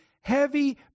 heavy